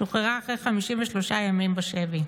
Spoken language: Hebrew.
היא שוחררה אחרי 53 ימים בשבי: